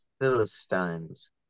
Philistines